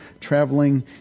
traveling